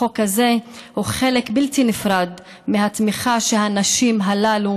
החוק הזה הוא חלק בלתי נפרד מהתמיכה שהנשים הללו